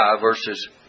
verses